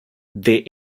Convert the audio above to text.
they